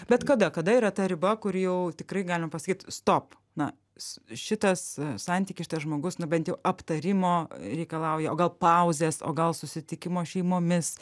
bet kada kada yra ta riba kuri jau tikrai galima pasakyt stop na s šitas santykis šitas žmogus na bent jau aptarimo reikalauja o gal pauzės o gal susitikimo šeimomis